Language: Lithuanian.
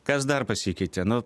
kas dar pasikeitė nu